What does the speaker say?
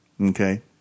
Okay